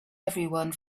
everyone